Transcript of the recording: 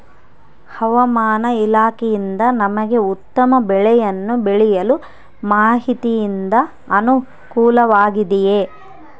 ಹವಮಾನ ಇಲಾಖೆಯಿಂದ ನಮಗೆ ಉತ್ತಮ ಬೆಳೆಯನ್ನು ಬೆಳೆಯಲು ಮಾಹಿತಿಯಿಂದ ಅನುಕೂಲವಾಗಿದೆಯೆ?